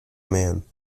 man